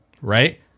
right